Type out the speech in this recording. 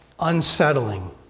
Unsettling